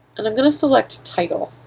and i'm going to select title.